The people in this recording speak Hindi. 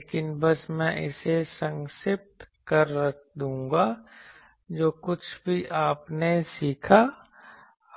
लेकिन बस मैं इसे संक्षिप्त कर दूंगा जो कुछ भी आपने सीखा